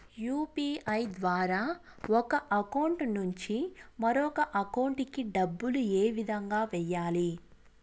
UPI ద్వారా ఒక account నుంచి మరొక అకౌంట్ కి డబ్బులు ఏ విధంగా వెయ్యాలి